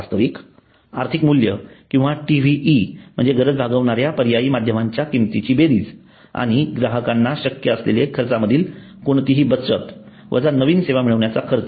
वास्तविक आर्थिक मूल्य किंवा TEV म्हणजे गरज भागविण्याच्या पर्यायी माध्यमांच्या किंमतीची बेरीज आणि ग्राहकांच्ना श्यक्य असलेली खर्चामधील कोणतीही बचत वजा नवीन सेवा मिळण्याचा खर्च